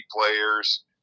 players